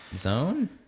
zone